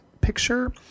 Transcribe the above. picture